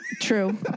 True